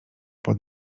pod